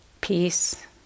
peace